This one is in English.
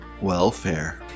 welfare